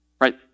right